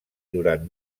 durant